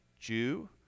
Jew